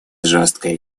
жесткой